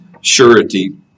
surety